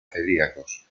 celíacos